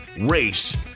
race